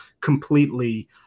completely